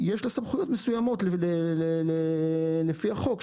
יש לה סמכויות מסוימות לפי החוק,